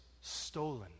stolen